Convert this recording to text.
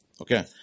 Okay